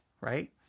right